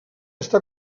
està